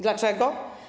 Dlaczego?